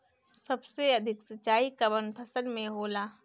सबसे अधिक सिंचाई कवन फसल में होला?